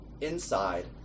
inside